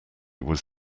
was